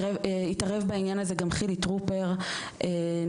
התערב בעניין הזה גם חילי טרופר שניסה